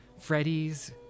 Freddies